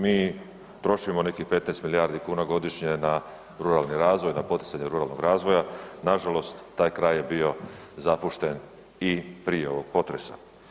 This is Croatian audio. Mi trošimo nekih 15 milijardi kuna godišnje na ruralni razvoj, na poticanje ruralnog razvoja, nažalost taj kraj je bio zapušten i prije ovog potresa.